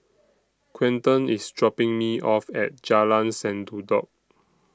Quinten IS dropping Me off At Jalan Sendudok